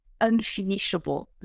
unfinishable